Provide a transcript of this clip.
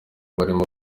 barimo